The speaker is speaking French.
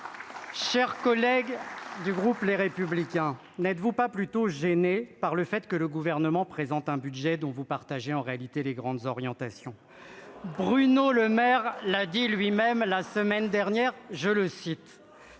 Chers collègues du groupe Les Républicains, n'êtes-vous pas plutôt gênés par le fait que le Gouvernement présente un budget dont vous partagez en réalité les grandes orientations ? Bruno Le Maire l'a dit lui-même, la semaine dernière :«